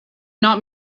not